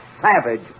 savage